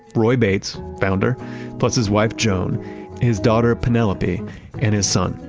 roy bates, founder plus his wife, joan his daughter, penelope and his son,